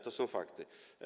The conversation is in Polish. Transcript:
To są fakty.